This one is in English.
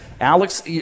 Alex